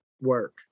work